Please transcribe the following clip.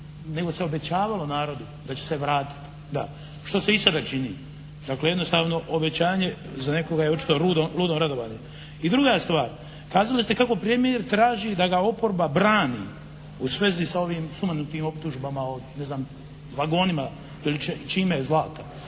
nego se obećavalo narodu da će se vratiti da što se i sada čini. Dakle, jednostavno obećanje za nekoga je očito ludo radovanje. I druga stvar, kazali ste kako premijer traži da ga oporba brani u svezi sa ovim sumanutim optužbama o ne znam vagonima ili čime zlata.